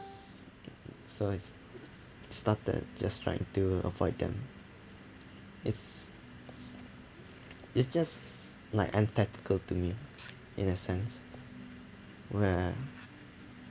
so it's started just trying to avoid them it's it's just like antithetical to me in a sense where